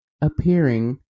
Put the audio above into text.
appearing